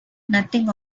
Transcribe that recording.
nothing